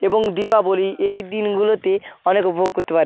এবং দীপাবলি এই দিনগুলোতে অনেক উপভোগ করতে পারে